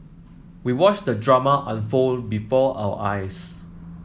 we watched the drama unfold before our eyes